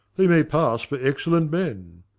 they may pass for excellent men.